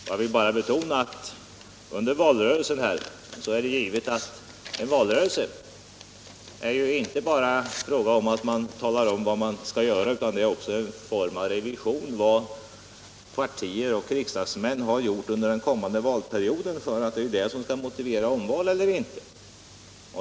Jag vill betona att i en valrörelse är det inte bara fråga om vad man skall göra, utan valrörelsen är också ett slags revision av vad partier och riksdagsmän har gjort under den gångna valperioden, för det är ju det som skall motivera omval eller inte.